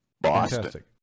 Boston